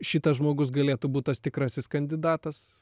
šitas žmogus galėtų būt tas tikrasis kandidatas